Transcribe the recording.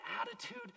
attitude